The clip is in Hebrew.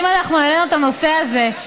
אם העלינו את הנושא הזה,